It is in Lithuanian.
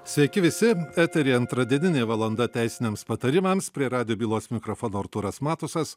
sveiki visi eteryje antradieninė valanda teisiniams patarimams prie radijo bylos mikrofono artūras matusas